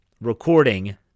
recording